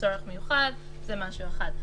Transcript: צורך מיוחד זה משהו אחד.